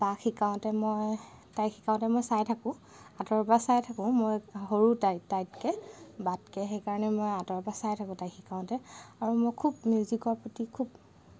বাক শিকাওঁতে মই তাইক শিকাওঁতে মই চাই থাকোঁ আতঁৰৰ পৰা চাই থাকোঁ মই সৰু তাইতকৈ বাতকৈ সেইকাৰণে মই আঁতৰৰ পৰা চাই থাকোঁ তাইক শিকাওঁতে আৰু মই খুব মিউজিকৰ প্ৰতি খুব